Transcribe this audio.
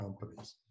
companies